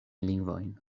lingvojn